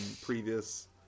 previous